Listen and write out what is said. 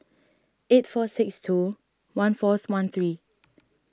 eight four six two one fourth one three